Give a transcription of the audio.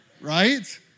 Right